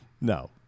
No